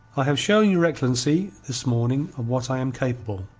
i have shown your excellency this morning of what i am capable,